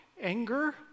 anger